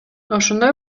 ошондой